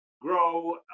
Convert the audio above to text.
grow